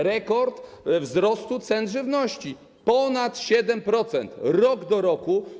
Rekord wzrostu cen żywności, o ponad 7% rok do roku.